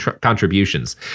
contributions